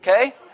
Okay